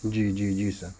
جی جی جی سر